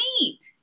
Neat